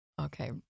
Okay